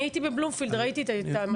אני הייתי בבלומפילד, ראיתי את המצלמות.